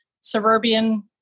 suburban